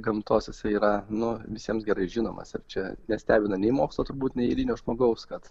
gamtos jisai yra nu visiems gerai žinomas ir čia nestebina nei mokslo turbūt neeilinio žmogaus kad